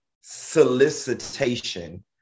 solicitation